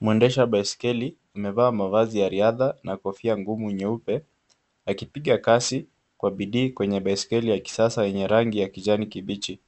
Mwendesha baiskeli amevaa mavazi ya riadha na kofia ngumu nyeupe akipiga kasi kwa bidii kwenye baiskeli ya kisasa yenye rangi ya kijani kibichi.